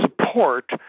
support